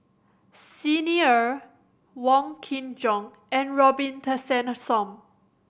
Xi Ni Er Wong Kin Jong and Robin Tessensohn